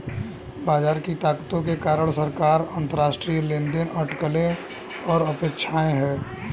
बाजार की ताकतों के कारक सरकार, अंतरराष्ट्रीय लेनदेन, अटकलें और अपेक्षाएं हैं